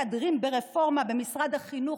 מתהדרים ברפורמה במשרד החינוך,